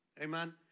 Amen